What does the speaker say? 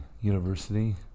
University